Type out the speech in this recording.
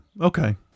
Okay